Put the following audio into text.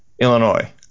Illinois